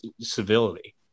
civility